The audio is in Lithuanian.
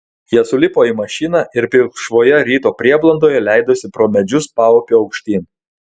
jie sulipo į mašiną ir pilkšvoje ryto prieblandoje leidosi pro medžius paupiu aukštyn